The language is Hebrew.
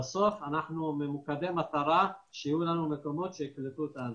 בסוף אנחנו ממוקדי מטרה שיהיו לנו מקומות שיקלטו את האנשים.